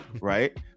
right